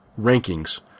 Rankings